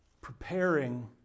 preparing